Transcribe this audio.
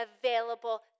available